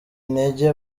intege